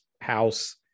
house